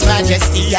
Majesty